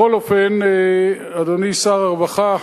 בכל אופן, אדוני שר הרווחה,